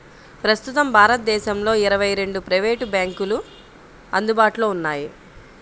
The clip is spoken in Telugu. ప్రస్తుతం భారతదేశంలో ఇరవై రెండు ప్రైవేట్ బ్యాంకులు అందుబాటులో ఉన్నాయి